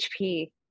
HP